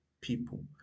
people